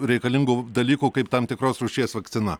reikalingų dalykų kaip tam tikros rūšies vakcina